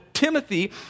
Timothy